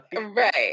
Right